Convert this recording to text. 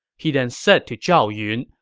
he then said to zhao yun,